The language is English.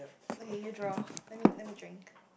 okay you draw let me let me drink